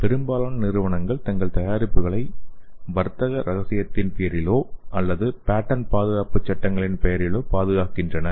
பெரும்பாலான நிறுவனங்கள் தங்கள் தயாரிப்புகளை வர்த்தக ரகசியத்தின் பெயரிலோ அல்லது பேட்டர்ன் பாதுகாப்பு சட்டங்களின் பெயரிலோ பாதுகாக்கின்றன